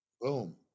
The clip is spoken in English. Boom